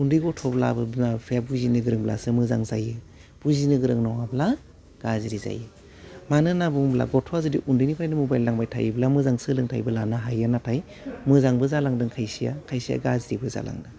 उन्दै गथ'ब्लाबो बिमा बिफाया बुजिनो गोरोंब्लासो मोजां जायो बुजिनो गोरों नङाब्ला गाज्रि जायो मानो होन्ना बुङोब्ला गथ'वा जुदि उन्दैनिफ्रायनो मबेल दांबाय थायोब्ला मोजां सोलोंथाइबो लानो हायो नाथाय मोजांबो जालांदों खायसेया खायसेया गाज्रिबो जालांदों